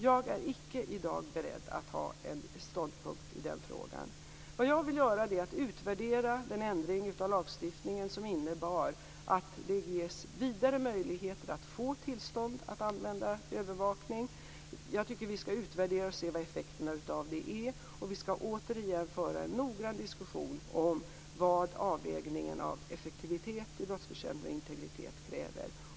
Jag är icke i dag beredd att ha en ståndpunkt i den frågan. Vad jag vill göra är att utvärdera den ändring av lagstiftningen som innebar att det ges vidare möjligheter att få tillstånd att använda övervakning. Jag tycker att vi skall utvärdera det och se vad effekterna av det är. Vi skall återigen föra en noggrann diskussion om vad avvägningen av effektivitet i brottsbekämpningen och integritet kräver.